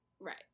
right